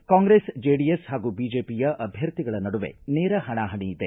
ಈ ಕಾಂಗ್ರೆಸ್ ಜೆಡಿಎಸ್ ಹಾಗೂ ಬಿಜೆಪಿಯ ಅಭ್ವರ್ಥಿಗಳ ನಡುವೆ ಹಣಾಹಣಿ ಇದೆ